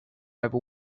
over